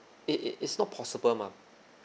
it it it's not possible mah